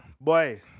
Boy